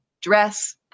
dress